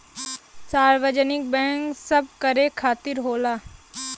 सार्वजनिक बैंक सबकरे खातिर होला